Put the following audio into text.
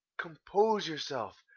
compose yourself,